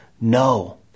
No